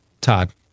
Todd